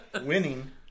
Winning